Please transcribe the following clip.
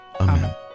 Amen